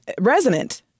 resonant